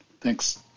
Thanks